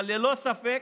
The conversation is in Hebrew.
אבל ללא ספק,